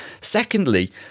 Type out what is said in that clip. Secondly